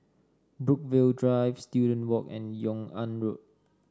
Brookvale Drive Student Walk and Yung An Road